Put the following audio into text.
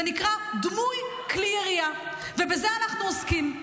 זה נקרא "דמוי כלי ירייה", ובזה אנחנו עוסקים.